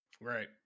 Right